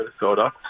Minnesota